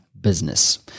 business